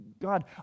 God